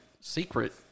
secret